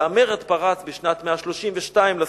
והמרד פרץ בשנת 132 לספירה,